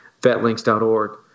VetLinks.org